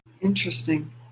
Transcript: Interesting